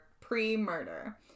pre-murder